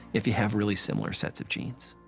if you have really similar sets of genes?